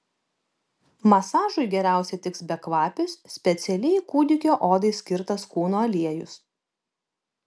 masažui geriausiai tiks bekvapis specialiai kūdikio odai skirtas kūno aliejus